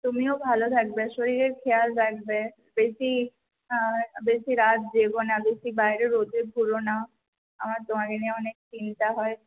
তুমিও ভালো থাকবে শরীরের খেয়াল রাখবে বেশি বেশি রাত জেগোনা বেশি বাইরে রোদে ঘুরোনা আমার তোমাকে নিয়ে অনেক চিন্তা হয়